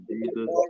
Jesus